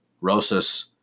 rosas